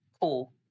cool